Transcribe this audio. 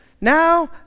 Now